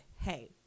hey